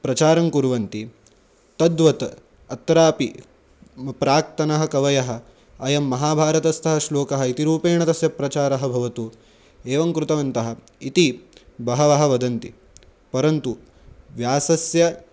प्रचारं कुर्वन्ति तद्वत् अत्रापि प्राक्तनाः कवयः अयं महाभारतस्थः श्लोकः इति रूपेण तस्य प्रचारः भवतु एवं कृतवन्तः इति बहवः वदन्ति परन्तु व्यासस्य